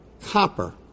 copper